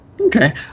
Okay